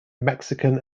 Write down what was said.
mexican